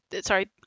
sorry